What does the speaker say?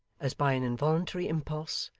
as by an involuntary impulse,